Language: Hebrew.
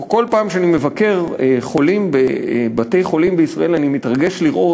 בכל פעם שאני מבקר חולים בבתי-חולים בישראל אני מתרגש לראות,